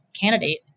candidate